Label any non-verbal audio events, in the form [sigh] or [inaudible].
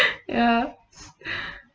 ya [breath]